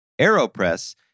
Aeropress